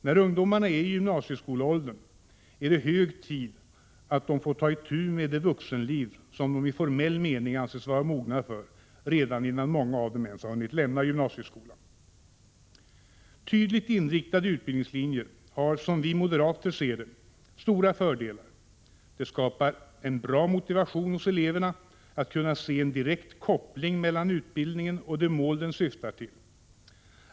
När ungdomarna är i gymnasieskolåldern är det hög tid att de får ta itu med det vuxenliv som de i formell mening anses vara mogna för redan innan många av dem ens har hunnit lämna gymnasieskolan. Tydligt inriktade utbildningslinjer har, som vi moderater ser det, stora fördelar. De skapar en bra motivation hos eleverna att se en direkt koppling mellan utbildningen och det mål den syftar till.